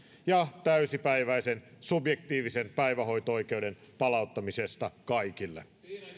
ja täysipäiväisen subjektiivisen päivähoito oikeuden palauttamisesta kaikille